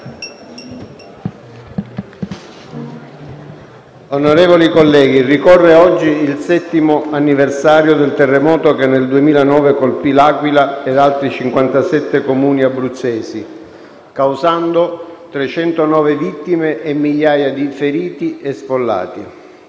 Onorevoli colleghi, ricorre oggi il 7° anniversario del terremoto che nel 2009 colpì L'Aquila e altri 57 Comuni abruzzesi causando 309 vittime e migliaia di feriti e sfollati.